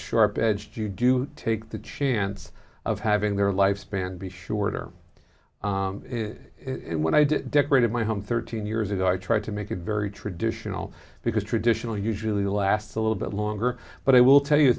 sharp edged you do take the chance of having their lifespan be shorter when i do decorated my home thirteen years ago i tried to make it very traditional because traditionally usually lasts a little bit longer but i will tell you th